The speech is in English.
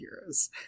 heroes